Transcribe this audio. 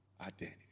identity